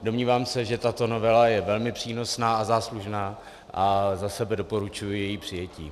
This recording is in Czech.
Domnívám se, že tato novela je velmi přínosná a záslužná, a za sebe doporučuji její přijetí.